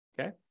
Okay